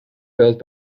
built